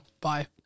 Bye